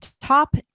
top